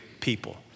people